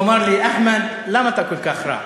הוא אמר לי: אחמד, למה אתה כל כך רע?